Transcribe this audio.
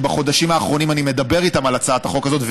שבחודשים האחרונים אני מדבר איתם על הצעת החוק הזאת,